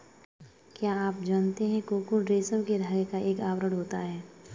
क्या आप जानते है कोकून रेशम के धागे का एक आवरण होता है?